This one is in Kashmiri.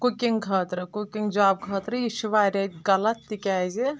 کُکِنٛگ خٲطرٕ کُکِنٛگ جاب خٲطرٕ یہِ چھِ واریاہ غلط تِکیٛازِ